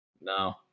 no